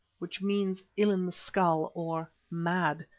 which means ill in the skull, or mad,